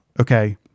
okay